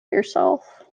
yourself